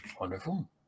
Wonderful